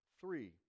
Three